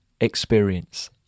experience